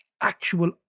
actual